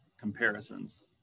comparisons